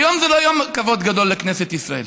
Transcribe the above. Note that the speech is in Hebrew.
היום זה לא יום כבוד גדול לכנסת ישראל.